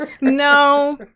no